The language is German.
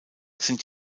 sind